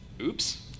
oops